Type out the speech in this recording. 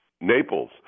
Naples